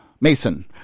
Mason